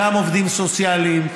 גם עובדים סוציאליים,